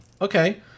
Okay